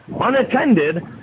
Unattended